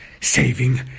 saving